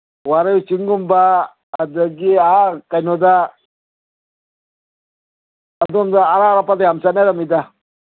ꯋꯥꯔꯣꯏꯆꯤꯡꯒꯨꯝꯕ ꯑꯗꯒꯤ ꯑꯥ ꯀꯩꯅꯣꯗ ꯑꯗꯣꯝꯗ ꯑꯔꯥꯞ ꯑꯔꯥꯞꯄꯗ ꯌꯥꯝ ꯆꯠꯅꯔꯝꯃꯤꯗ